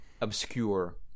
obscure